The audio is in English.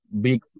big